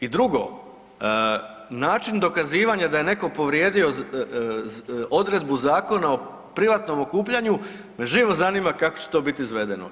I drugo način dokazivanja da je netko povrijedio odredbu zakona o privatnom okupljanju me živo zanima kako će to biti izvedeno.